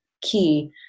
key